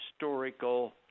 historical